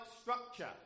structure